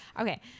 okay